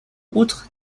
outre